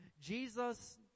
Jesus